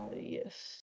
yes